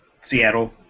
Seattle